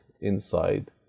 inside